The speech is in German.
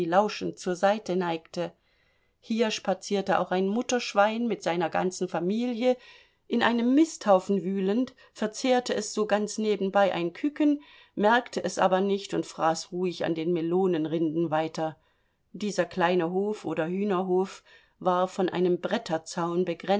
lauschend zur seite neigte hier spazierte auch ein mutterschwein mit seiner ganzen familie in einem misthaufen wühlend verzehrte es so ganz nebenbei ein kücken merkte es aber nicht und fraß ruhig an den melonenrinden weiter dieser kleine hof oder hühnerhof war von einem bretterzaun